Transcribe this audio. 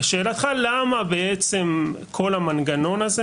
לשאלתך למה בעצם כל המנגנון הזה